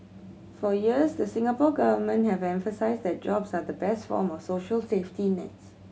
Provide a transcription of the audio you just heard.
for years the Singapore Government has emphasised that jobs are the best form of social safety nets